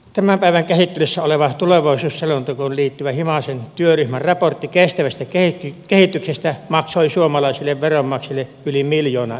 tämän päivän käsittelyssä oleva tulevaisuusselontekoon liittyvä himasen työryhmän raportti kestävästä kehityksestä maksoi suomalaisille veronmaksajille yli miljoona euroa